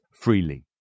freely